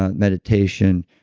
ah meditation,